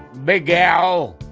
big al,